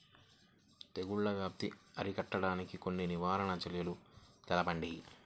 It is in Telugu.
తెగుళ్ల వ్యాప్తి అరికట్టడానికి కొన్ని నివారణ చర్యలు తెలుపండి?